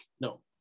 No